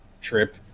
trip